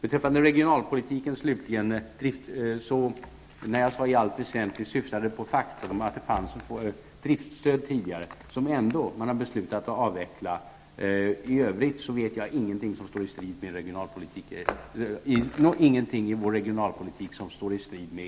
När jag sade ''i allt väsentligt'' beträffande regionalpolitiken syftade jag på det faktum att det tidigare fanns ett driftsstöd som man ändå har beslutat att avveckla. I övrigt kan jag inte se någonting i vår regionalpolitik som står i strid med